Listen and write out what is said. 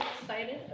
excited